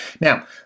Now